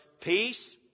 peace